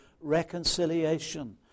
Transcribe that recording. reconciliation